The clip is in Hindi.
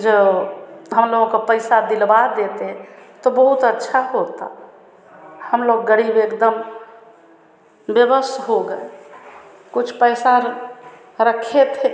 जो हमलोगों को पैसा दिलवा देते तो बहुत अच्छा होता हमलोग गरीब एकदम बेबस हो गए कुछ पैसा रखे थे